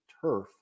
turf